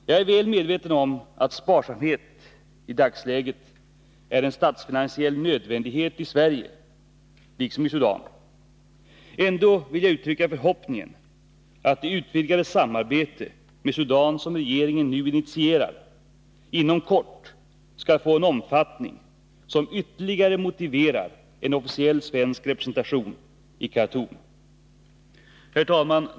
Jag är väl medveten om att sparsamhet i dagsläget är en statsfinansiell nödvändighet i Sverige — liksom i Sudan. Ändå vill jag uttrycka förhoppningen att det utvidgade samarbete med Sudan, som regeringen nu initierar, inom kort skall få en omfattning som ytterligare motiverar upprättandet av en officiell svensk representation i Khartoum. Herr talman!